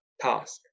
task